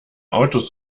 autos